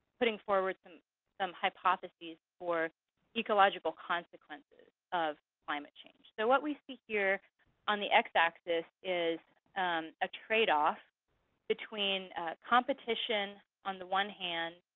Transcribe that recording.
putting forward some some hypotheses for ecological consequences of climate change. so what we see here on the xaxis, is a tradeoff between competition, on the one hand.